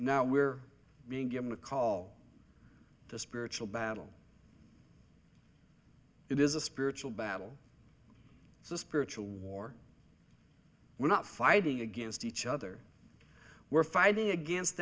now we're being given a call to spiritual battle it is a spiritual battle it's a spiritual war we're not fighting against each other we're fighting against